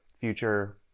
future